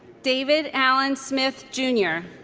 david alan smith jr.